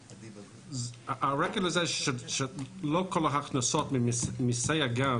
הרקע הוא שלא כל ההכנסות ממיסי הגז